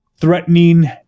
threatening